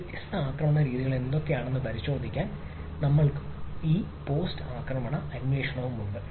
വ്യത്യസ്ത ആക്രമണരീതികൾ എന്തൊക്കെയാണെന്ന് പരിശോധിക്കാൻ നമ്മൾക്ക് ഈ പോസ്റ്റ് ആക്രമണ അന്വേഷണമുണ്ട്